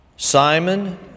Simon